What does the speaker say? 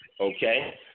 Okay